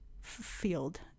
field